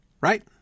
right